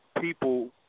people